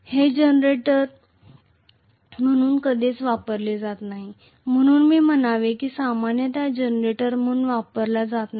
हे जनरेटर म्हणून कधीच वापरले जात नाही म्हणून मी म्हणावे की सामान्यत जनरेटर म्हणून वापरला जात नाही